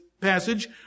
passage